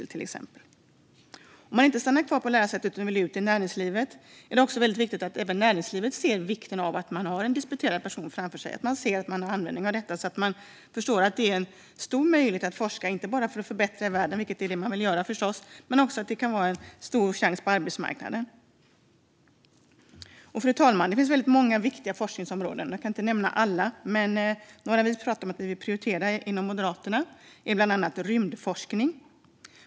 Det är viktigt att arbetsgivare inom näringslivet ser vikten av forskning och av att anställa en disputerad person. Som forskare vill man ju förbättra världen, men det ska också ge bra chanser på arbetsmarknaden. Fru talman! Det finns många viktiga forskningsområden. Jag kan inte nämna alla, men ett område Moderaterna prioriterar är rymdforskning.